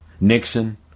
Nixon